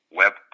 web